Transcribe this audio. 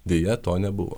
deja to nebuvo